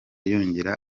yongera